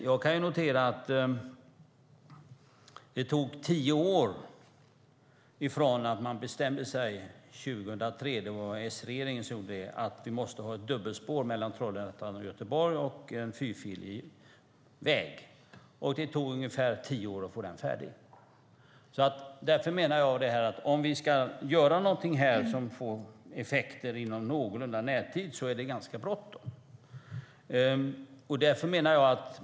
Jag kan notera att det tog tio år från det att man 2003 beslutade - det var S-regeringen som gjorde det - att vi måste ha ett dubbelspår mellan Trollhättan och Göteborg samt en fyrfilig väg till att få den färdig. Om vi ska göra någonting som ger effekt i någorlunda närtid är det därför ganska bråttom.